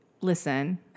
listen